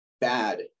bad